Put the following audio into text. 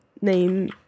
name